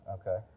Okay